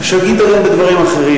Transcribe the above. שגית גם בדברים אחרים.